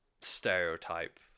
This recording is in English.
stereotype